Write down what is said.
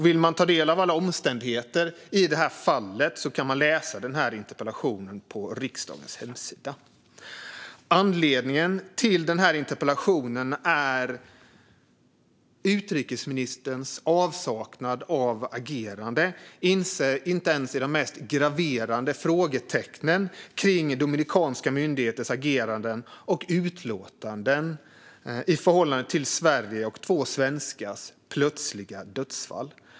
Vill man ta del av alla omständigheter i det här fallet kan man läsa interpellationen på riksdagens hemsida. Anledningen till interpellationen är utrikesministerns avsaknad av agerande gällande ens de mest graverande frågetecknen kring dominikanska myndigheters ageranden och utlåtanden i förhållande till Sverige och två svenskars plötsliga dödsfall.